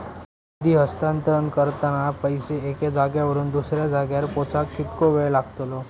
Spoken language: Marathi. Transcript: निधी हस्तांतरण करताना पैसे एक्या जाग्यावरून दुसऱ्या जाग्यार पोचाक कितको वेळ लागतलो?